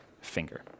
finger